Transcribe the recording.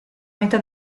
metà